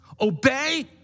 Obey